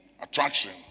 attraction